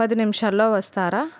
పది నిమిషాలలో వస్తారా